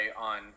on